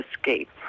escape